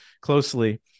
closely